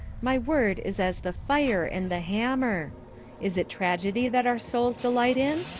my word is as the fire and the hammer is it tragedy that our souls delight in?